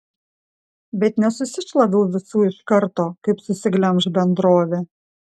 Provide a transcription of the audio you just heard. bet nesusišlaviau visų iš karto kaip susiglemš bendrovė